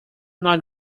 not